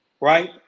right